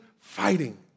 fighting